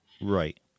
Right